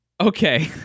Okay